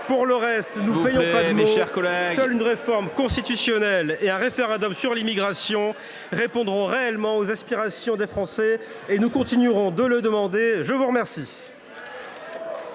Pour le reste, ne nous payons pas de mots : seuls une réforme constitutionnelle et un référendum sur l’immigration répondront réellement aux aspirations des Français. Nous continuerons de les demander ! La parole